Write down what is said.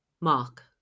Mark